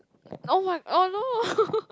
oh my oh no